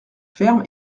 ferme